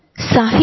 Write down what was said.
जवळ ये